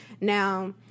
Now